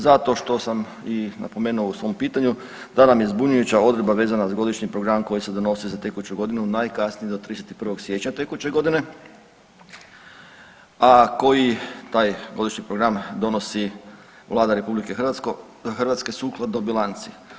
Zato što sam i napomenuo u svom pitanju da nam je zbunjujuća odredba vezana uz godišnji program koji se donosi za tekuću godinu najkasnije do 31. siječnja tekuće godine, a koji taj godišnji program donosi Vlada Republike Hrvatske sukladno bilanci.